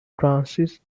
transit